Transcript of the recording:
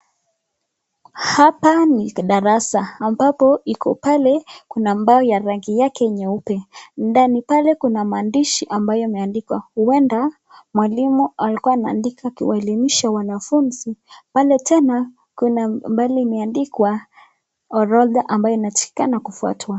Hapa ni darasa, ambapo iko pale kuna, mbao ya rangi yake nyeupe, ndani pale kuna maandishi imeandikwa uenda mwalimu alikuwa anandika akiwaelimisha wanafunzi, pale tena kuna mbali imeandikwa orodha ambayo inatakikana kufuatwa.